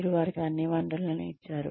మీరు వారికి అన్ని వనరులను ఇచ్చారు